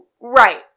Right